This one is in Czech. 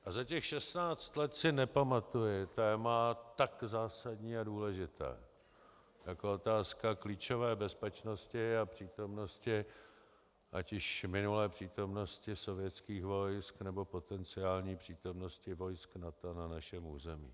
A za těch šestnáct let si nepamatuji téma tak zásadní a důležité jako otázka klíčové bezpečnosti a přítomnosti ať již minulé přítomnosti sovětských vojsk, nebo potenciální přítomnosti vojsk NATO na našem území.